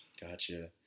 Gotcha